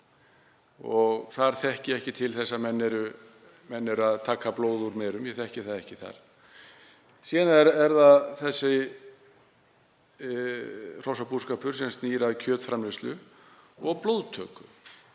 og þar þekki ég ekki til þess að menn séu að taka blóð úr merum, ég þekki það ekki þar. Síðan er það hrossabúskapur sem snýr að kjötframleiðslu og blóðtöku.